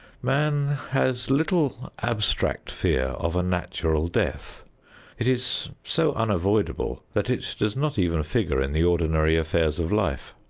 man has little abstract fear of a natural death it is so unavoidable that it does not even figure in the ordinary affairs of life.